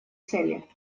цели